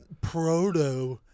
proto